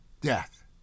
death